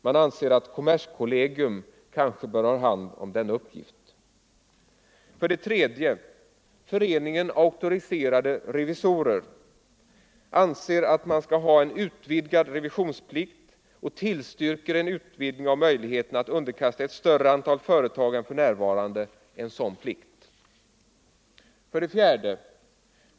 Man anser att kommerskollegium bör kunna ha hand om denna uppgift. 3. Föreningen auktoriserade revisorer anser att man skall ha en utvidgad revisionsplikt och tillstyrker en utredning om möjligheterna att underkasta ett större antal företag än för närvarande en sådan plikt. 4.